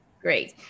great